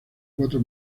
cuatro